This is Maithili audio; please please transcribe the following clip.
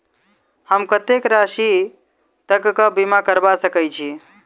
हम कत्तेक राशि तकक बीमा करबा सकै छी?